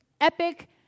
epic